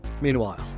Meanwhile